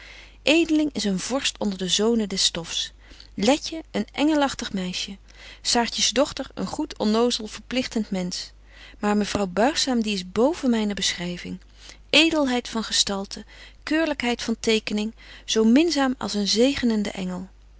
edeling is een vorst onder de zonen des stofs letje een engelägtig meisje saartjes dochter een goed onnozel verpligtent mensch maar mevrouw buigzaam die is boven myne beschryving edelheid van gestalte keurlykheid van tekening zo minzaam als een zegenende